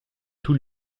tout